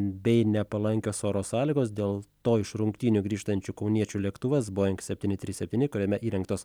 bei nepalankios oro sąlygos dėl to iš rungtynių grįžtančių kauniečių lėktuvas boing septyni trys septyni kuriame įrengtos